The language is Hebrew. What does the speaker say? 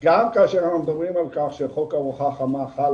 גם כאשר אנחנו מדברים על כך שחוק ארוחה חמה חל